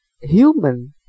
human